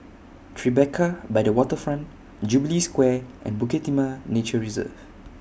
Tribeca By The Waterfront Jubilee Square and Bukit Timah Nature Reserve